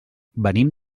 venim